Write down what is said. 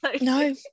no